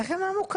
איך הם לא מוכרים,